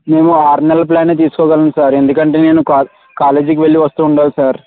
నేను ఆరు నెలల ప్లాన్ తీసుకోగలను సార్ ఎందుకంటే నేను కాలేజ్ కాలేజ్కి వెళ్లి వస్తు ఉండాలి సార్